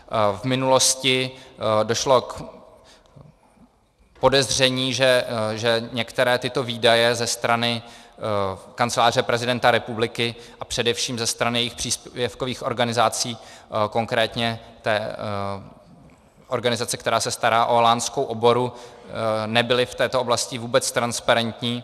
V minulosti došlo k podezření, že některé tyto výdaje ze strany Kanceláře prezidenta republiky a především ze strany jejích příspěvkových organizací, konkrétně té organizace, která se stará o Lánskou oboru, nebyly v této oblasti vůbec transparentní.